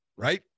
right